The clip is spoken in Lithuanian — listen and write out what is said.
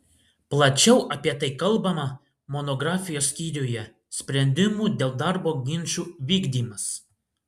plačiau apie tai kalbama monografijos skyriuje sprendimų dėl darbo ginčų vykdymas